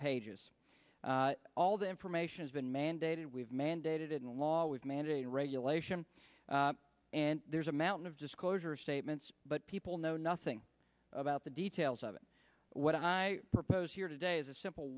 pages all the information has been mandated we've mandated in law with mandated regulation and there's a mountain of disclosure statements but people know nothing about the details of it what i propose here today is a simple